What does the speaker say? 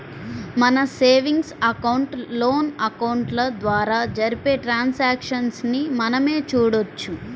మన savings account, loan అకౌంట్ల ద్వారా జరిపే ట్రాన్సాక్షన్స్ ని మనమే చూడొచ్చు